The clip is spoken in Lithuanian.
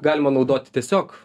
galima naudoti tiesiog